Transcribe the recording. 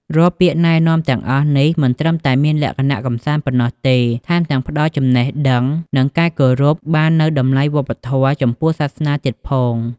រាល់ពាក្យណែនាំទាំងអស់នេះ មិនត្រឹមតែមានលក្ខណៈកម្សាន្តប៉ុណ្ណោះទេ ថែមទាំងផ្តល់ចំណេះដឹង និងគោរពបាននូវតម្លៃវប្បធម៌ ចំពោះសាសនាទៀតផង។